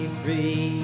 free